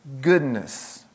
goodness